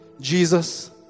Jesus